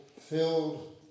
filled